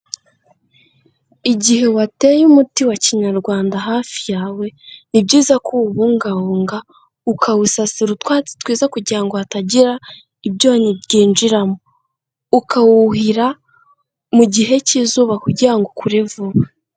Igihe wateye umuti wa Kinyarwanda hafi yawe, ni byiza ko uwubungabunga, ukawusasira utwatsi twiza kugira ngo hatagira ibyonyi byinjiramo, ukawuhira mu gihe cy'izuba kugira ukure vuba.